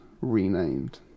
renamed